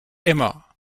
emma